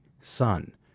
Sun